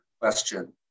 question